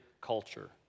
culture